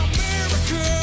America